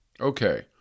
Okay